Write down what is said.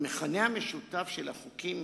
המכנה המשותף של החוקים